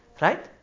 Right